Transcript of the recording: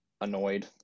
annoyed